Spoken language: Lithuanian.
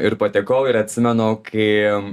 ir patekau ir atsimenu kai